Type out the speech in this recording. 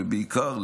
ובעיקר,